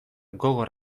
gogor